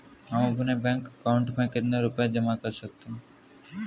हम अपने bank account में कितने रुपये जमा कर सकते हैं?